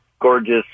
gorgeous